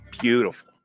Beautiful